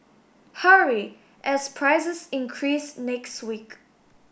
hurry as prices increase next week